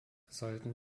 sollten